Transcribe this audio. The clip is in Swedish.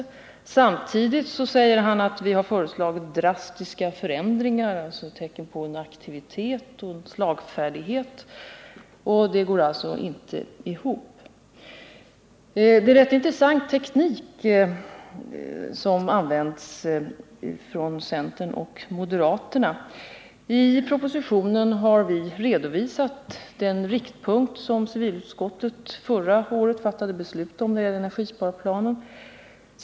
Dels säger han att vi har föreslagit drastiska förändringar, att vi visar tecken på en aktivitet och slagfärdighet. Detta går inte ihop. Det är emellertid en rätt intressant teknik som används av centern och moderaterna. I propositionen har vi redovisat den riktpunkt som civilutskottet förra året fattade beslut om när det gäller energisparplanen.